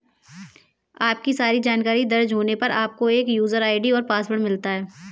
आपकी सारी जानकारी दर्ज होने पर, आपको एक यूजर आई.डी और पासवर्ड मिलता है